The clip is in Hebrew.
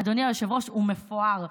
אדוני היושב-ראש, הוא מפואר.